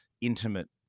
intimate